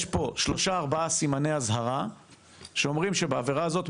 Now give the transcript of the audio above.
יש פה שלושה-ארבעה סימני אזהרה שאומרים שבעבירה הזאת,